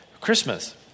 Christmas